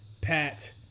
pat